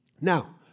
now